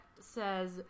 says